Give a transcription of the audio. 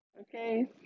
Okay